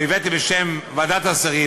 או הבאתי בשם ועדת השרים